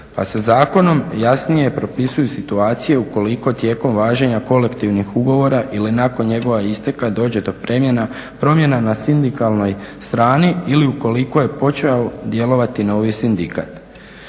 pa se zakonom jasnije propisuju situacije ukoliko tijekom važenja kolektivnih ugovora ili nakon njegova isteka dođe do promjena na sindikalnoj strani ili ukoliko je počeo djelovati novi sindikat.